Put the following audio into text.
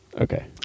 Okay